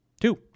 two